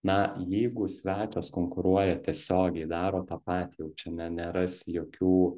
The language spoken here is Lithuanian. na jeigu svečias konkuruoja tiesiogiai daro tą patį jau čia ne nerasi jokių